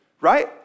right